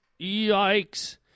Yikes